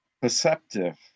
Perceptive